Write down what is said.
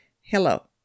Hello